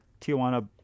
Tijuana